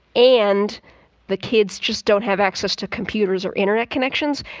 and the kids just don't have access to computers or internet connections.